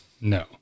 No